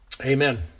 amen